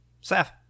Seth